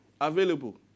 Available